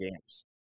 games